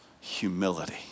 humility